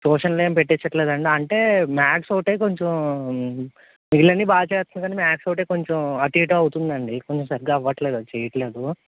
ట్యూషన్లు ఏమి పెట్టించట్లేదా అండి అంటే మ్యాథ్స్ ఒకటి కొంచెం మిగిలినవి అన్నీ బాగా చేస్తుందండి కానీ మ్యాథ్స్ ఒకటి కొంచెం అటు ఇటు అవుతుంది అండి కొంచెం సరిగ్గా అవ్వట్లేదు అది చేయట్లేదు